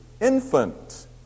infant